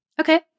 Okay